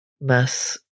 mass